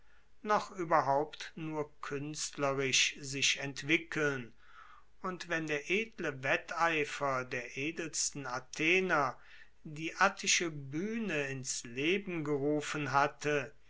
noch ueberhaupt nur kuenstlerisch sich entwickeln und wenn der edle wetteifer der edelsten athener die attische buehne ins leben gerufen hatte